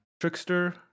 Trickster